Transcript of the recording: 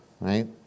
right